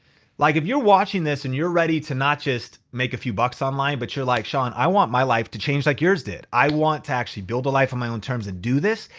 like if you're watching this and you're ready to not just make a few bucks online, but you're like, sean, i want my life to change like yours did. i want to actually build a life on my own terms and do this.